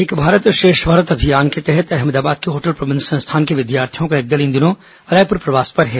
एक भारत श्रेष्ठ भारत के तहत अहमदाबाद के होटल प्रबंध संस्थान के विद्यार्थियों का एक दल इन दिनों रायपुर प्रवास पर है